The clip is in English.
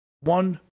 one